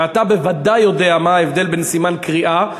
ואתה בוודאי יודע מה ההבדל בין סימן קריאה,